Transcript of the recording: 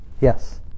Yes